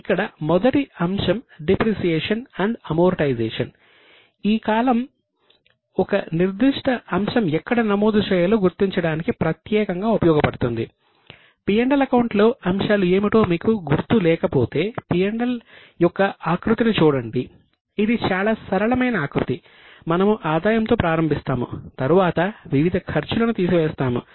ఇక్కడ మొదటి అంశం డిప్రిసియేషన్ అండ్ అమోర్టైజేషన్ నుంచి తీసి వేస్తాము